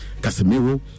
Casemiro